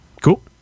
Cool